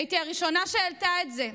הייתי הראשונה שהעלתה את זה.